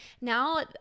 now